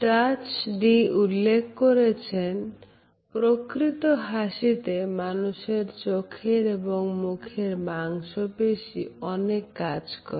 Duchenne de Boulogne উল্লেখ করেছেন প্রকৃত হাসিতে মানুষের চোখের এবং মুখের মাংস পেশি অনেক কাজ করে